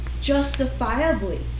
justifiably